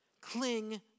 Cling